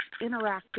interactive